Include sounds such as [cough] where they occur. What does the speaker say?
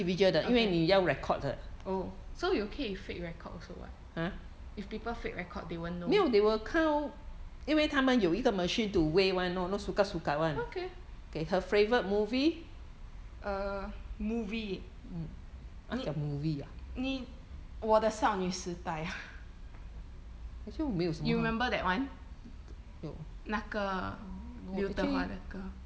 okay oh so 可以 fake record also [what] if people fake record they won't know okay err movie 你你我的少女时代 [laughs] you remember that one 那个刘德华那个